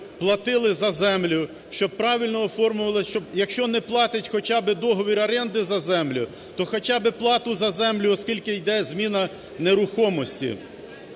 платили за землю, щоб правильно оформлювали. Якщо не платить хоча би договір оренди за землю, то хоча би плату за землю, оскільки йде зміна нерухомості.